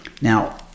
Now